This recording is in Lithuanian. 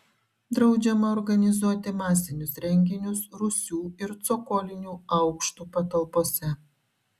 draudžiama organizuoti masinius renginius rūsių ir cokolinių aukštų patalpose